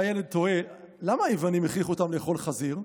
והילד תוהה: למה היוונים הכריחו אותם לאכול חזיר?